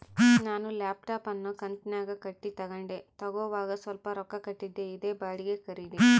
ನಾನು ಲ್ಯಾಪ್ಟಾಪ್ ಅನ್ನು ಕಂತುನ್ಯಾಗ ಕಟ್ಟಿ ತಗಂಡೆ, ತಗೋವಾಗ ಸ್ವಲ್ಪ ರೊಕ್ಕ ಕೊಟ್ಟಿದ್ದೆ, ಇದೇ ಬಾಡಿಗೆ ಖರೀದಿ